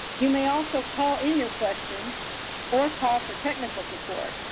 you may also call in your questions or call for technical support.